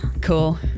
Cool